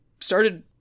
started